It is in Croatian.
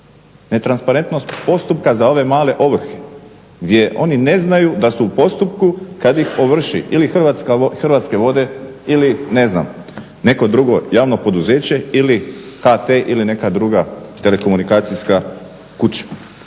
netransparentnost postupka za ove male ovrhe gdje oni ne znaju da su u postupku kad ih ovrši ili Hrvatske vode ili ne znam neko drugo javno poduzeće ili HT ili neka druga telekomunikacijska kuća.